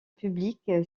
publique